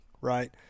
right